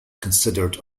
considered